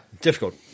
Difficult